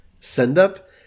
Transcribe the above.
send-up